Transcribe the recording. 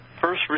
first